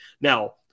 Now